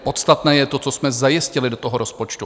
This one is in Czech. Podstatné je to, co jsme zajistili do toho rozpočtu.